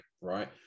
right